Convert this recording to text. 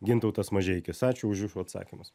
gintautas mažeikis ačiū už jūsų atsakymus